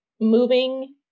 moving